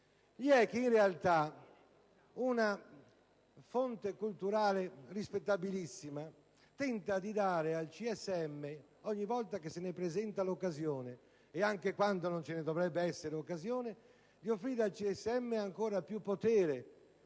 e *c)*. In realtà una fonte culturale rispettabilissima tenta di dare al CSM, ogni volta che se ne presenta l'occasione, e anche quando non ce ne dovrebbe essere, ancora più potere